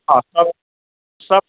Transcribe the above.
आओर सब सब